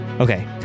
Okay